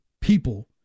people